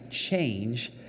Change